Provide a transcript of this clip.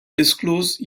disclose